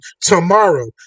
Tomorrow